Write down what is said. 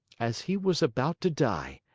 as he was about to die,